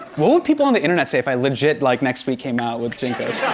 what would people on the internet say if i legit, like, next week came out with jncos?